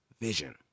vision